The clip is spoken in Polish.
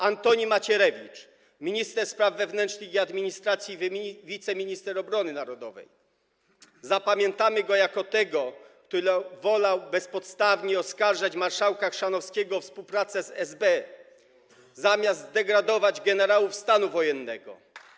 Antoni Macierewicz, minister spraw wewnętrznych i administracji, wiceminister obrony narodowej - zapamiętamy go jako tego, który wolał bezpodstawnie oskarżać marszałka Chrzanowskiego o współpracę z SB, zamiast zdegradować generałów stanu wojennego.